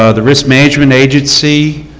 ah the risk management agency